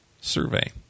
survey